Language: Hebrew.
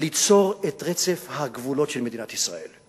ליצור את רצף הגבולות של מדינת ישראל.